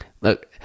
look